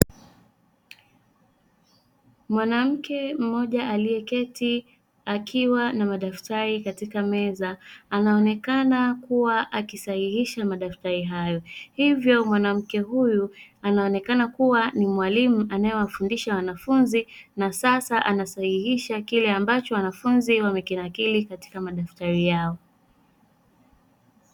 Mwanamke mmoja alieketi akiwa na madaftari katika meza anaonekana kuwa akisahihisha madaftari hayo, hivyo mwanamke huyo anaonekana kuwa ni mwalimu anayewafundisha wanafunzi na sasa anasahihisha kile ambacho wanafunzi wamekinakili katika madaftari yao.